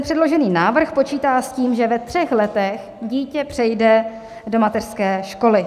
Předložený návrh počítá s tím, že ve třech letech dítě přejde do mateřské školy.